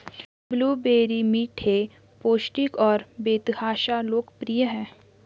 blueberry मीठे, पौष्टिक और बेतहाशा लोकप्रिय हैं